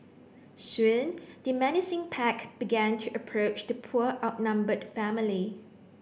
soon the menacing pack began to approach the poor outnumbered family